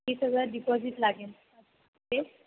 तीस हजार डिपॉझिट लागेल ते